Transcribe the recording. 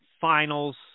Finals